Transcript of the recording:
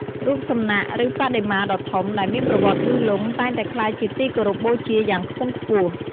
រូបសំណាក ឬបដិមាដ៏ធំ ដែលមានប្រវត្តិយូរលង់ តែងតែក្លាយជាទីគោរពបូជាយ៉ាងខ្ពង់ខ្ពស់។